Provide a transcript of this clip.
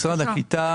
משרד הקליטה